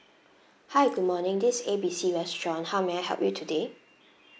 hi good morning this A B C restaurant how may I help you today